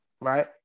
right